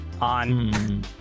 on